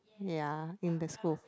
ya in the school